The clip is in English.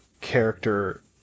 character